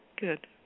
Good